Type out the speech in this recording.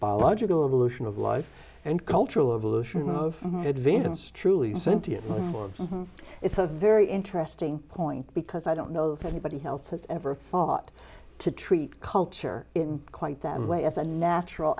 biological evolution of life and cultural evolution of advanced truly sentience it's a very interesting point because i don't know if anybody else has ever thought to treat culture in quite that way as a natural